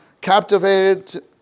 captivated